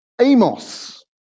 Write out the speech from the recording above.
Amos